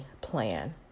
plan